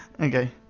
okay